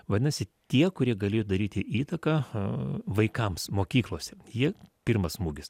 vadinasi tie kurie galėjo daryti įtaką vaikams mokyklose jie pirmas smūgis